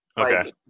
okay